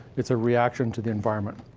it's a reaction to the environment.